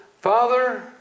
Father